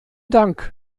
dank